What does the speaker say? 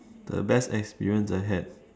the best experience I had